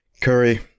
Curry